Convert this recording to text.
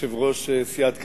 יושבת-ראש סיעת קדימה,